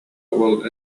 уол